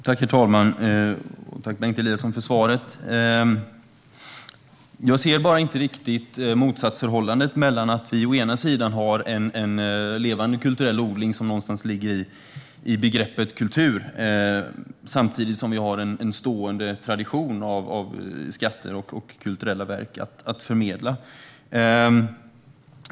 Herr talman! Jag tackar Bengt Eliasson för svaret. Jag ser inte riktigt motsatsförhållandet mellan att vi har en levande kulturell odling - vilket någonstans ligger i begreppet kultur - samtidigt som vi har en stående tradition av skatter och kulturella verk att förmedla.